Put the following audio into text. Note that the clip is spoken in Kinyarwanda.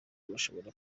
bashobora